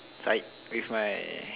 like with my